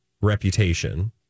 reputation